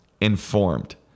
informed